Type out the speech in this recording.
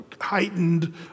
heightened